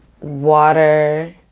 Water